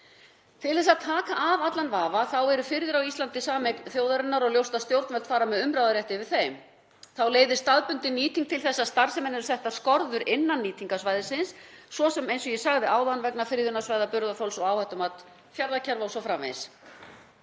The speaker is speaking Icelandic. Til þess að taka af allan vafa þá eru firðir á Íslandi sameign þjóðarinnar og ljóst að stjórnvöld fara með umráðarétt yfir þeim. Þá leiðir staðbundin nýting til þess að starfseminni eru settar skorður innan nýtingarsvæðisins, svo sem, eins og ég sagði áðan, vegna friðunarsvæða, burðarþols og áhættumats fjarðarkerfa o.s.frv.